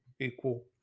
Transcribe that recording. equal